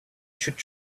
should